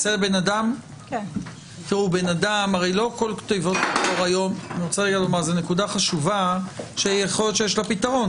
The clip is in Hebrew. זו נקודה חשובה שיכול להיות שיש לה פתרון,